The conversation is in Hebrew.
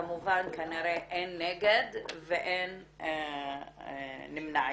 כמובן אין נגד ואין נמנעים.